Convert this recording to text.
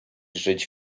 żyć